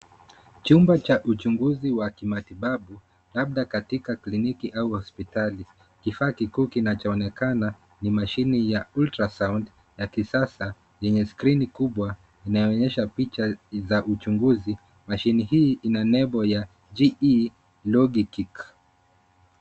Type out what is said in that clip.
Chumba cha uchunguzi wa kimatibabu, labda katika kliniki au hospitali. Kifaa kikuu kinachoonekana ni mashini ya ultrasound ya kisasa yenye skrini kubwa inayoonyesha picha za uchunguzi. Mashini hii ina nembo ya GE Logikick .